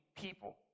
people